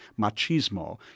machismo